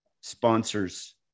sponsors